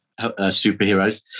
superheroes